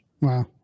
Wow